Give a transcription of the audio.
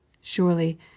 surely